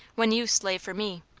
when you slave for me.